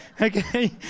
Okay